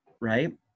right